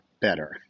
better